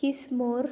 किसमूर